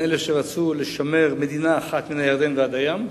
אלה שרצו לשמר מדינה אחת מן הירדן ועד הים,